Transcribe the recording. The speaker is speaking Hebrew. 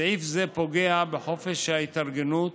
סעיף זה פוגע בחופש ההתארגנות,